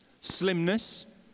slimness